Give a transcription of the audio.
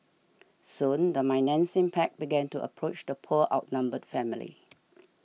soon the menacing pack began to approach the poor outnumbered family